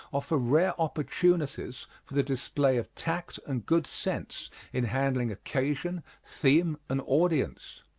offer rare opportunities for the display of tact and good sense in handling occasion, theme, and audience.